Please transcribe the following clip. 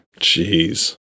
Jeez